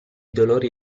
dolori